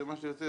אז מה שיוצא,